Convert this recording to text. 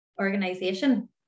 organization